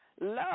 love